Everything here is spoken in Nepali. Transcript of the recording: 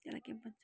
यसलाई के भन्छन्